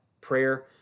prayer